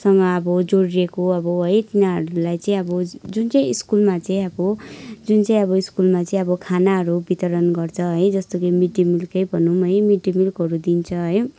सँग अब जोडिएको अब है तिनीहरूलाई चाहिँ अब जुन चाहिँ स्कुलमा चाहिँ अब जुन चाहिँ अब स्कुलमा चाहिँ अब खानाहरू वितरण गर्छ है जस्तो कि मिड डे मिलकै भनौँ है मिड डे मिलहरू दिन्छ है